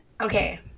okay